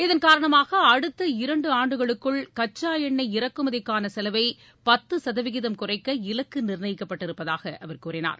இதள்காரணமாக அடுத்த இரண்டு ஆண்டுகளுக்குள் கச்சா எண்ணெய் இறக்குமதிக்கான செலவை பத்து சதவீதம் குறைக்க இலக்கு நிர்ணயிக்கப்பட்டிருப்பதாக அவர் கூறினார்